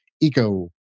eco